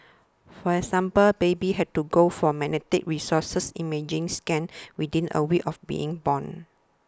for example babies had to go for magnetic resonance imaging scans within a week of being born